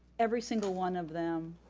every single one of them,